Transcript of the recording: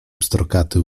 pstrokaty